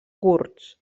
kurds